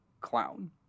clown